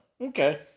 okay